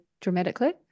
dramatically